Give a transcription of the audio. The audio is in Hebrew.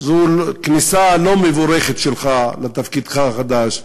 זו כניסה לא מבורכת שלך לתפקידך החדש,